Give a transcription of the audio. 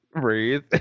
Breathe